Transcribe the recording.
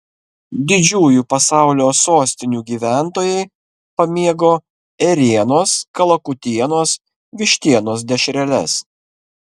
didžiųjų pasaulio sostinių gyventojai pamėgo ėrienos kalakutienos vištienos dešreles